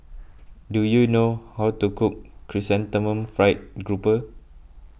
do you know how to cook Chrysanthemum Fried Grouper